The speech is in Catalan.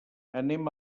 anem